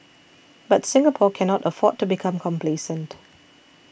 but Singapore cannot afford to become complacent